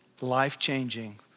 life-changing